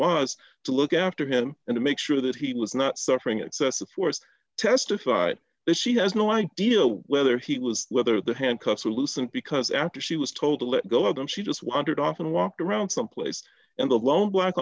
was to look after him and to make sure that he was not suffering excessive force testified that she has no idea whether he was whether the handcuffs were loosened because after she was told to let go of them she just wandered off and walked around some place and alone black